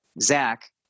zach